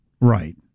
Right